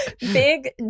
Big